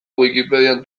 wikipedian